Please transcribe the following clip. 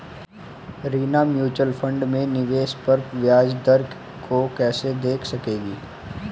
Reena mutual fund में निवेश पर ब्याज दर को कैसे देख सकेगी?